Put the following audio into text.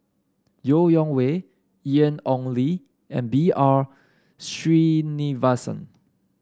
Yeo Wei Wei Ian Ong Li and B R Sreenivasan